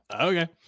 Okay